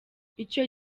icyo